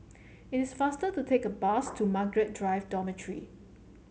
it is faster to take the bus to Margaret Drive Dormitory